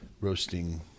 roasting